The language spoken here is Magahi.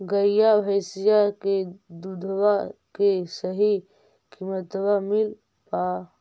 गईया भैसिया के दूधबा के सही किमतबा मिल पा?